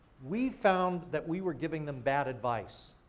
we found that we were giving them bad advice.